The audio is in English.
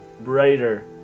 brighter